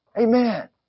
Amen